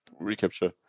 recapture